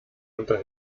unter